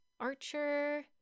archer